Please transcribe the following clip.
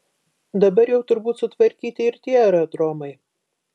dabar jau turbūt sutvarkyti ir tie aerodromai